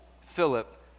Philip